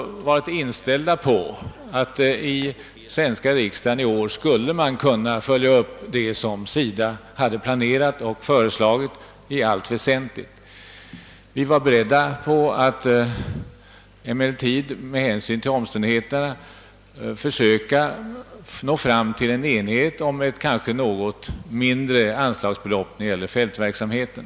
Vi har varit inställda på att man i den svenska riksdagen i år i allt väsentligt skulle kunna följa upp det som SIDA planerat och föreslagit. Vi var beredda på att med hänsyn till omständigheterna försöka nå fram till en enighet om ett något mindre anslagsbelopp när det gällde fältverksamheten.